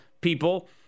people